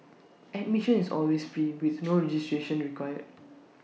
admission is always free with no registration required